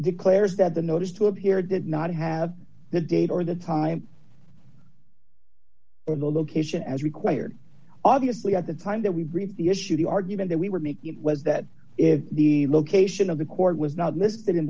declares that the notice to appear did not have the date or the time in the location as required obviously at the time that we briefed the issue the argument that we were making was that if the location of the chord was not listed in